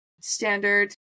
standard